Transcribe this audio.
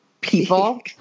people